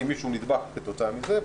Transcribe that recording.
אם מישהו נדבק כתוצאה מזה,